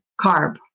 carb